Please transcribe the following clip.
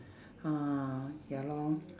ah ya lor